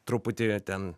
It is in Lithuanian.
truputį ten